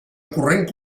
corrent